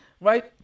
right